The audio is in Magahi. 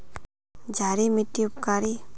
क्षारी मिट्टी उपकारी?